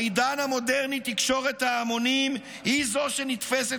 בעידן המודרני תקשורת ההמונים היא שנתפסת